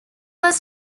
was